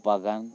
ᱵᱟᱜᱟᱱ